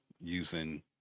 using